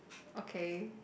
okay